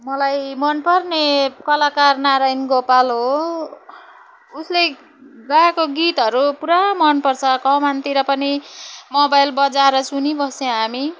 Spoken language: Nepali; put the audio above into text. मलाई मनपर्ने कलाकार नारायण गोपाल हो उसले गाएको गीतहरू पुरा मनपर्छ कमानतिर पनि मोबाइल बजाएर सुनिबस्छौँ हामी